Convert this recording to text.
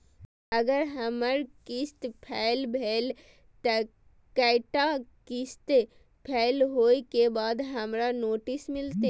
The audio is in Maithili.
अगर हमर किस्त फैल भेलय त कै टा किस्त फैल होय के बाद हमरा नोटिस मिलते?